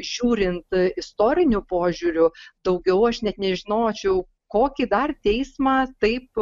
žiūrint istoriniu požiūriu daugiau aš net nežinočiau kokį dar teismą taip